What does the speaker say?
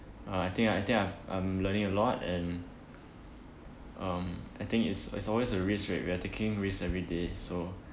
uh I think I think I've I'm learning a lot and um I think it's it's always a risk right we are taking risk every day so